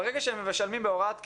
ברגע שהם משלמים בהוראת קבע,